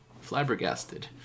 flabbergasted